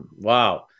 Wow